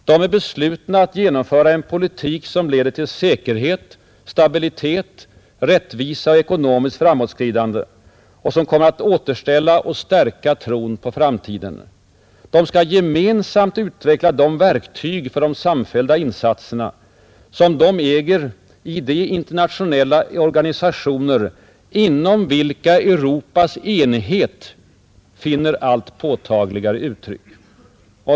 De är beslutna att genomföra en politik, som leder till säkerhet, stabilitet, rättvisa och ekonomiskt framåtskridande och som kommer att återställa och stärka tron på framtiden. De skall gemensamt utveckla de verktyg för de samfällda insatserna, som de äger i de internationella organisationer inom vilka Europas enhet finner allt påtagligare uttryck.